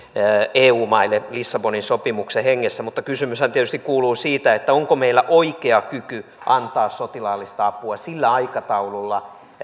eu maille lissabonin sopimuksen hengessä mutta kysymyshän tietysti kuuluu onko meillä oikea kyky antaa sotilaallista apua sillä aikataululla